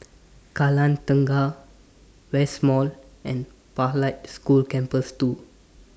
Kallang Tengah West Mall and Pathlight School Campus two